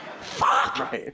Fuck